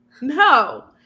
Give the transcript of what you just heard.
no